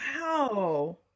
wow